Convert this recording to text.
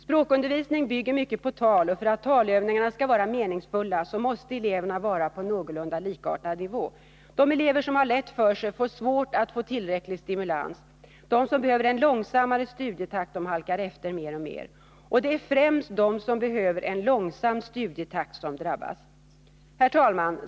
Språkundervisning bygger mycket på tal, och för att talövningarna skall vara meningsfulla måste eleverna vara på en någorlunda likartad nivå. De elever som har lätt för sig får svårt att få tillräcklig stimulans, de som behöver en långsammare studietakt halkar efter mer och mer. Det är främst de som behöver en långsam studietakt som drabbas. Herr talman!